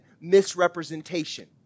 misrepresentation